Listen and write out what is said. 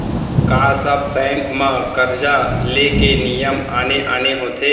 का सब बैंक म करजा ले के नियम आने आने होथे?